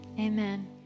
Amen